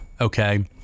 Okay